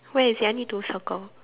where is it I need to circle